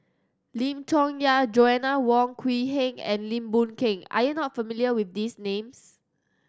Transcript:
Lim Chong Yah Joanna Wong Quee Heng and Lim Boon Keng are you not familiar with these names